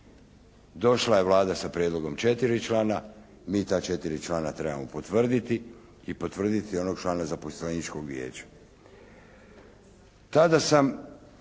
Došla je Vlada sa prijedlogom 4 člana. Mi ta 4 člana trebamo potvrditi i potvrditi onog člana Zaposleničkog vijeća.